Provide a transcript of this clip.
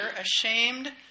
ashamed